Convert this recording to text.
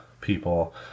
people